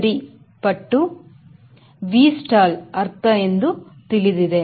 3 ಪಟ್ಟು V stall ಅರ್ಥ ಎಂದು ತಿಳಿದಿದೆ